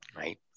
right